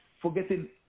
forgetting